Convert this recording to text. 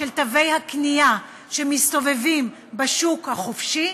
של תווי הקנייה שמסתובבים בשוק החופשי?